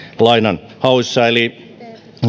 lainanhauissa eli